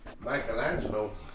Michelangelo